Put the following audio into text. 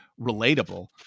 relatable